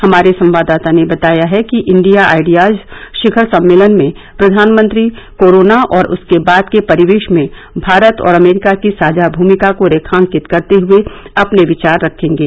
हमारे संवाददाता ने बताया है कि इंडिया आइडियाज शिखर सम्मेलन में प्रधानमंत्री कोरोना और उसके बाद के परिवेश में भारत और अमरीका की साझा भूमिका को रेखांकित करते हए अपने विचार रखेंगे